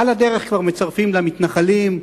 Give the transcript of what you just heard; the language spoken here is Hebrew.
על הדרך כבר מצרפים למתנחלים בונוס,